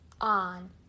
on